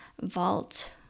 vault